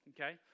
Okay